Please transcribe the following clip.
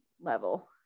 level